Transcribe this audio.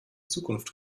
zukunft